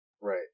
Right